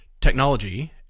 technology